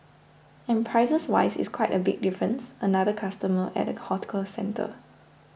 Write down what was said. and prices wise it's quite a big difference another customer at a hawker centre